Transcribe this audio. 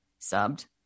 subbed